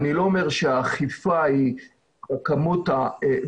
אני לא אומר שהאכיפה היא בכמות הראויה,